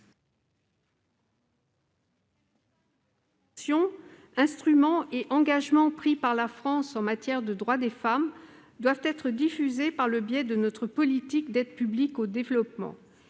instruments et engagements pris par la France en matière de droits des femmes doivent être diffusés par le biais de notre politique d'aide publique au développement.